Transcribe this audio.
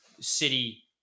city